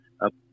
up